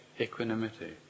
equanimity